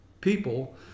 people